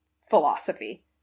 philosophy